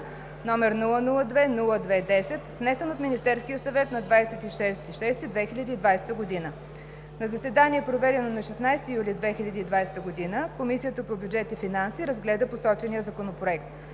г., № 002-02-10, внесен от Министерския съвет на 26 юни 2020 г. На заседание, проведено на 16 юли 2020 г., Комисията по бюджет и финанси разгледа посочения законопроект.